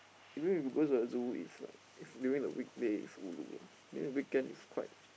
even if we go to the zoo is like is during the weekday is ulu ah during the weekend is quite